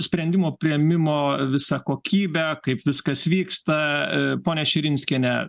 sprendimo priėmimo visą kokybę kaip viskas vyksta ponia širinskiene